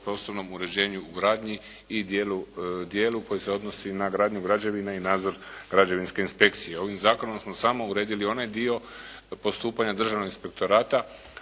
o prostornom uređenju u gradnji i djelu koji se odnosni na gradnju građevina i nadzor građevinske inspekcije. Ovim zakonom smo samo uredili onaj dio postupanja državnog inspektorata